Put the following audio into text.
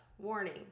Warning